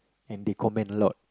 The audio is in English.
and they comment a lot